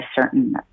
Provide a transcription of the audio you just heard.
certain